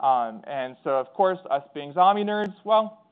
um and so, of course, us beings zombie nerds, well,